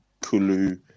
Kulu